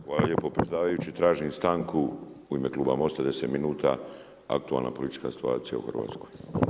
Hvala lijepo predsjedavajući, tražim stanku u ime kluba MOST-a 10 minuta aktualna politička situacija u Hrvatskoj.